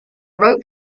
rope